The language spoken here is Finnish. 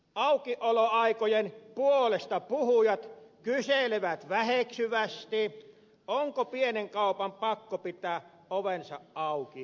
aukioloaikojen puolestapuhujat kyselevät väheksyvästi onko pienen kaupan pakko pitää ovensa auki jatkuvasti